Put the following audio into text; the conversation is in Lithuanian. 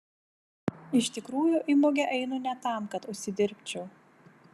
iš tikrųjų į mugę einu ne tam kad užsidirbčiau